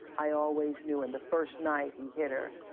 i always knew. and the first night he hit her,